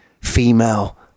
female